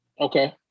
Okay